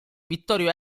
vittorio